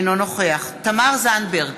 אינו נוכח תמר זנדברג,